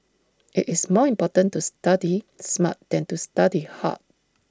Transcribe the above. IT is more important to study smart than to study hard